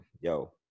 yo